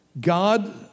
God